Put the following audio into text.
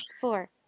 four